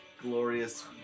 glorious